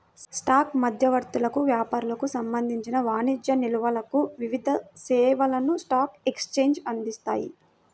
stock మధ్యవర్తులకు, వ్యాపారులకు సంబంధించిన వాణిజ్య నిల్వలకు వివిధ సేవలను స్టాక్ ఎక్స్చేంజ్లు అందిస్తాయి